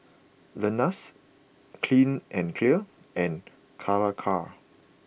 Lenas Clean and Clear and Calacara